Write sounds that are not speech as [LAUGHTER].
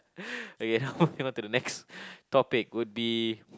[LAUGHS] okay now moving onto the next topic would be